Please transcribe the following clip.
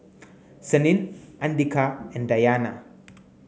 Senin Andika and Dayana